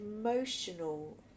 emotional